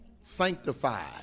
Sanctified